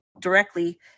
directly